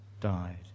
died